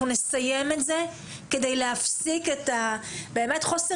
אנחנו נסיים את זה כדי להפסיק את חוסר